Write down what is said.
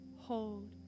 hold